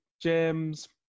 gems